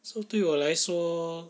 so 对我来说